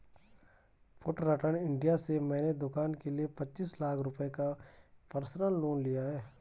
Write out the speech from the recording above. Fullerton India से मैंने दूकान के लिए पचीस लाख रुपये का पर्सनल लोन लिया है